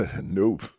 Nope